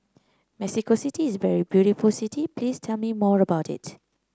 Mexico City is a very beautiful city please tell me more about it